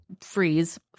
freeze